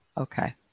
Okay